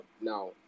now